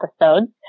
episodes